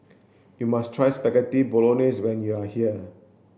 you must try Spaghetti Bolognese when you are here